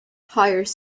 hires